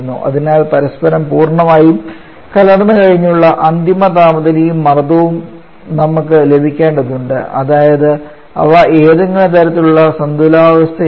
അതിനാൽ പരസ്പരം പൂർണ്ണമായും കലർന്നുകഴിഞ്ഞുള്ള അന്തിമ താപനിലയും മർദ്ദവും നമുക്ക് ലഭിക്കേണ്ടതുണ്ട് അതായത് അവ ഏതെങ്കിലും തരത്തിലുള്ള സന്തുലിതാവസ്ഥയിലായിരുന്നു